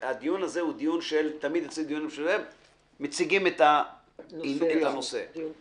בדיון הזה מציגים את הנושא, זה דיון פתיחה.